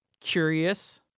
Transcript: curious